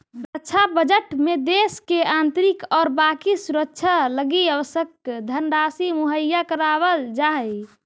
रक्षा बजट में देश के आंतरिक और बाकी सुरक्षा लगी आवश्यक धनराशि मुहैया करावल जा हई